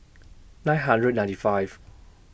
nine hundred ninety five